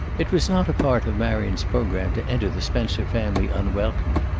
it was not a part of marion's program to enter the spencer family unwelcomed.